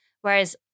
whereas